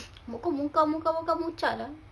kau mocha mocha mocha mocha lah